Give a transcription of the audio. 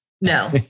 No